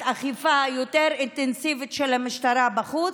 אכיפה יותר אינטנסיבית של המשטרה בחוץ,